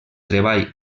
treball